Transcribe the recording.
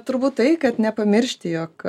turbūt tai kad nepamiršti jog